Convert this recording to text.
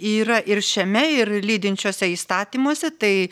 yra ir šiame ir lydinčiuose įstatymuose tai